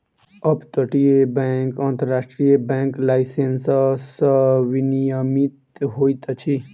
up तटीय bank अन्तर्राष्ट्रीय bank licence सॅ विनियमित होइत अछि